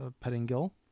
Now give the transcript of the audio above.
Pettingill